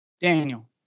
Daniel